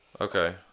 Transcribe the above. Okay